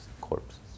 corpses